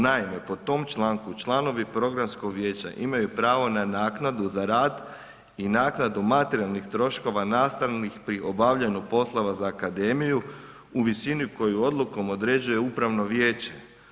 Naime, po tom članku, članovi programskog vijeća imaju pravo na naknadu za rad i naknadu materijalnih troškova nastalih pri obavljanju poslova za akademiju u visini koju odlukom određuje upravno vijeće.